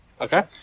Okay